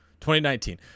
2019